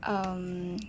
um